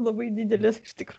labai didelės iš tikro